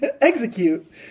Execute